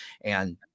And-